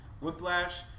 Whiplash